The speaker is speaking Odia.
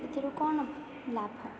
ସେଥିରୁ କ'ଣ ଲାଭ